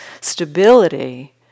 stability